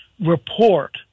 report